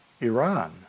Iran